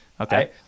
Okay